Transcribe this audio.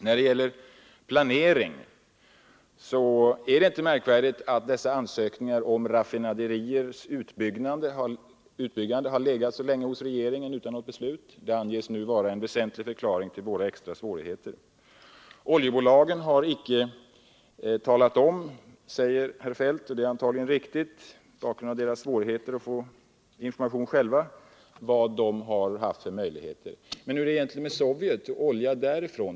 När det gäller planering — är det inte märkvärdigt att dessa ansökningar om raffinaderiers uppbyggande har legat så länge hos regeringen utan något beslut? Detta, att vi saknar raffinaderier, anges nu vara en väsentlig förklaring till våra extra svårigheter. Oljebolagen har icke talat om, säger herr Feldt — och det är antagligen riktigt mot bakgrund av deras svårigheter att få information själva — vad de har haft för möjligheter. Men hur är det egentligen med Sovjetunionen och olja därifrån?